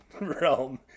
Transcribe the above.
realm